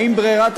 האם ברירת